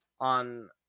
on